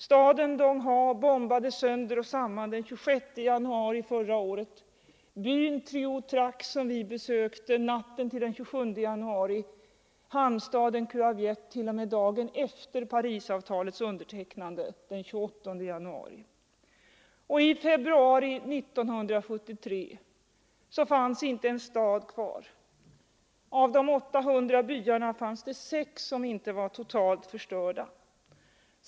Staden Dong Ha bombades sönder och samman den 26 januari, byn Trieu Trach, som vi besökte, natten till den 27 januari och hamnstaden Cua Viet den 28 januari, dvs. dagen efter Parisavtalets undertecknande. I februari 1973 fanns inte en stad kvar. Av de 800 byarna var det bara sex som undgått total förstöring.